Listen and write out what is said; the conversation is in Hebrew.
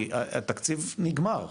כי התקציב נגמר.